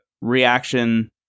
reaction